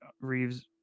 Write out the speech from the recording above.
Reeves